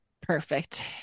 Perfect